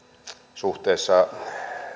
suhteessa